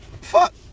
Fuck